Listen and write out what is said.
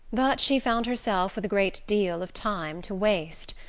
but she found herself with a great deal of time to waste,